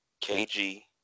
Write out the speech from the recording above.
KG